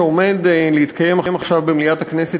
שעומד להתקיים עכשיו במליאת הכנסת,